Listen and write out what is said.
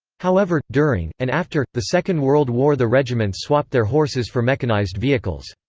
however, during, and after, the second world war the regiments swapped their horses for mechanised vehicles.